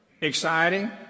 exciting